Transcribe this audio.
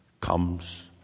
comes